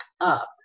up